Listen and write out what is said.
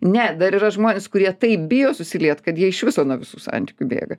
ne dar yra žmonės kurie taip bijo susiliet kad jie iš viso nuo visų santykių bėga